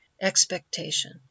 expectation